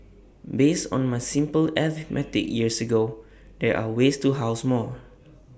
based on my simple arithmetic years ago there are ways to house more